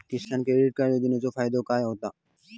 किसान credit card योजनेचो फायदो काय होता?